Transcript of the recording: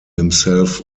himself